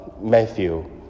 Matthew